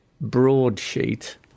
broadsheet